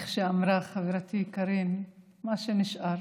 כמו שאמרה חברתי קארין, מה שנשאר,